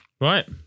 right